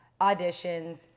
auditions